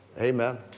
amen